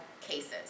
cases